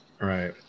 right